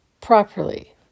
properly